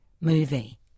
movie